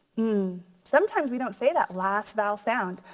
mm, sometimes we don't say that last vowel sound.